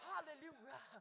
Hallelujah